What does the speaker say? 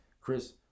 Chris